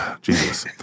Jesus